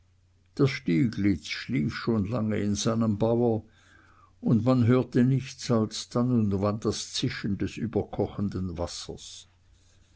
der stieglitz schlief schon lange in seinem bauer und man hörte nichts als dann und wann das zischen des überkochenden wassers